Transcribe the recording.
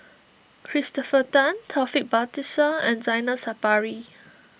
Christopher Tan Taufik Batisah and Zainal Sapari